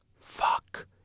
fuck